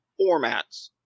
formats